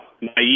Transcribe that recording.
naive